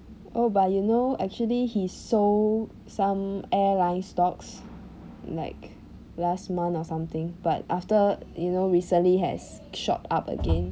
oh but you know actually he sold some airline stocks like last month or something but after you know recently has shot up again